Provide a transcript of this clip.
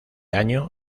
año